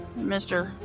Mr